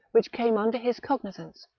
which came under his cognizance,